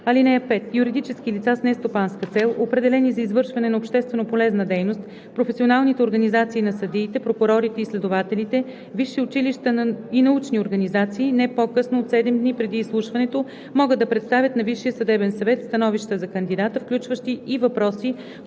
съвет. (5) Юридически лица с нестопанска цел, определени за извършване на общественополезна дейност, професионалните организации на съдиите, прокурорите и следователите, висши училища и научни организации не по-късно от 7 дни преди изслушването могат да представят на Висшия съдебен съвет становища за кандидата, включващи и въпроси,